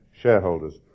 shareholders